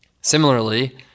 Similarly